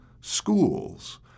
schools